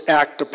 act